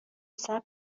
صبر